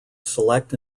select